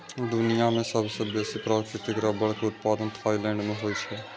दुनिया मे सबसं बेसी प्राकृतिक रबड़ के उत्पादन थाईलैंड मे होइ छै